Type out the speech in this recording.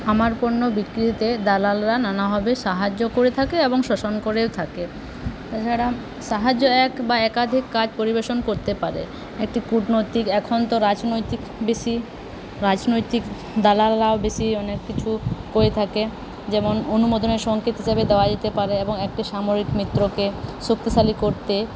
আমার পণ্য বিক্রিতে দালালরা নানাভাবে সাহায্য করে থাকে এবং শোষণ করেও থাকে তাছাড়া সাহায্য এক বা একাধিক কাজ পরিবেশন করতে পারে একটি কূটনৈতিক এখন তো রাজনৈতিক বেশি রাজনৈতিক দালালরাও বেশি অনেক কিছু করে থাকে যেমন অনুমোদনের সংকেত হিসাবে দেওয়া যেতে পারে এবং একটি সাময়িক মিত্রকে শক্তিশালী করতে